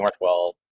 Northwell